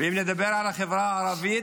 אם נדבר על החברה הערבית,